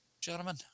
gentlemen